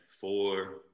Four